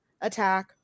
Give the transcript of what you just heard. attack